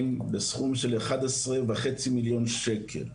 בסכום של אחד עשרה וחצי מיליון שקל.